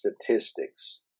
statistics